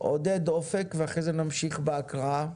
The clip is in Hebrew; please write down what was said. עודד אופק ואחרי זה נמשיך בהקראה.